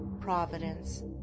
providence